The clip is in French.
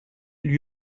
lui